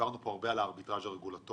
דיברנו פה הרבה על הארביטראז' הרגולטורי.